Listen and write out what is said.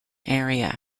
area